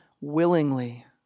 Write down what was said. willingly